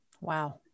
Wow